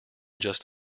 just